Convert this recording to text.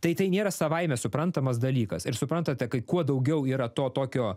tai tai nėra savaime suprantamas dalykas ir suprantate kad kuo daugiau yra to tokio